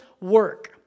work